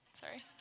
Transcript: sorry